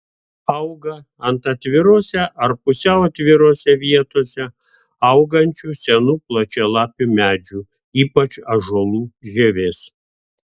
auga ant atvirose ar pusiau atvirose vietose augančių senų plačialapių medžių ypač ąžuolų žievės